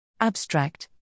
Abstract